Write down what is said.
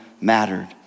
mattered